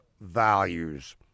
values